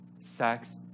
sex